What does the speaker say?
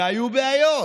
והיו בעיות.